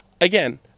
again